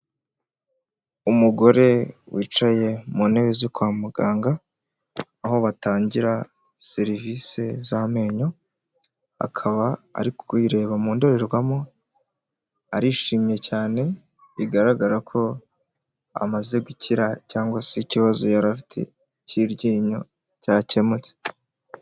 Umugore wicaye mu ntebe zo kwa muganga, aho batangira serivisi z'amenyo, akaba ari kuyireba mu ndorerwamo, arishimye cyane bigaragara ko amaze gukira cyangwa se ikibazo yari afite cy'iryinyo cyakemutse.